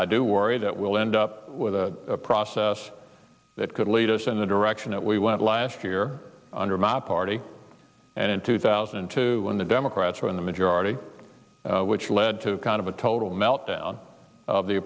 i do worry that we'll end up with a process that could lead us in the direction that we went last year under my party and in two thousand and two when the democrats were in the majority which led to kind of a total meltdown of the